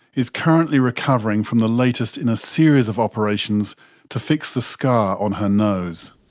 is currently recovering from the latest in a series of operations to fix the scar on her nose.